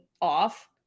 off